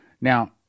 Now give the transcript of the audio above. Now